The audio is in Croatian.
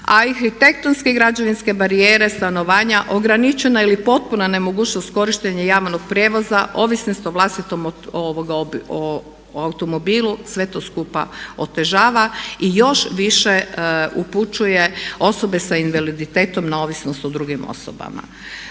a i arhitektonske i građevinske barijere stanovanja, ograničena ili potpuna nemogućnost korištenja javnog prijevoza, ovisnost o vlastitom automobilu, sve to skupa otežava. I još više upućuje osobe sa invaliditetom na ovisnost o drugim osobama.